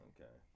Okay